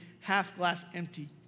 half-glass-empty